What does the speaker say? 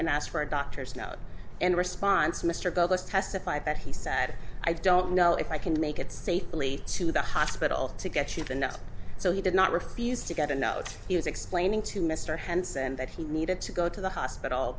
and asked for a doctor's note and response mr goes testified that he said i don't know if i can make it safely to the hospital to get cheap enough so he did not refuse to get a note he was explaining to mr henson that he needed to go to the hospital